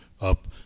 up